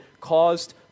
caused